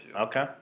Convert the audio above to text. Okay